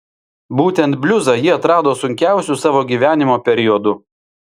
būtent bliuzą ji atrado sunkiausiu savo gyvenimo periodu